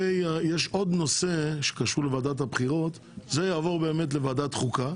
יש עוד נושא שקשור לוועדת הבחירות וזה יעבור לוועדת החוקה.